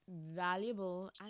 valuable